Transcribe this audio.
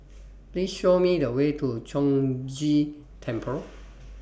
Please Show Me The Way to Chong Ghee Temple